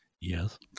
Yes